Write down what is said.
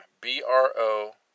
B-R-O